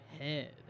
head